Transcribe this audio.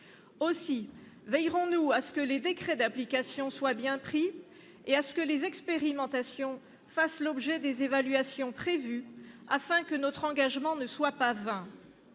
Aussi veillerons-nous à ce que les décrets d'application soient bien pris et à ce que les expérimentations fassent l'objet des évaluations prévues, afin que notre engagement ne soit pas vain.